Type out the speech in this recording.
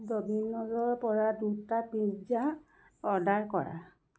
ড'মিনজৰ পৰা দুটা pizza order কৰা